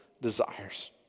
desires